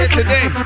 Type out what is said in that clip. today